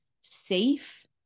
safe